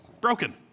broken